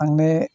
थांनो